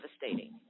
devastating